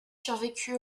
survécu